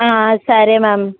సరే మ్యామ్